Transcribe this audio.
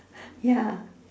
ya